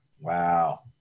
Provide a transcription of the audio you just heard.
Wow